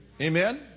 Amen